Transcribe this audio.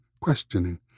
questioning